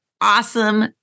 awesome